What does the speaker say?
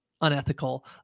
unethical